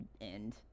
end